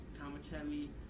commentary